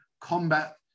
combat